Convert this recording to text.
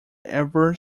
ever